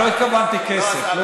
לא התכוונתי כסף.